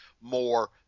more